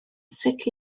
sut